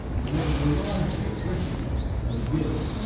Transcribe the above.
to what a variety of wretchedness and guilt,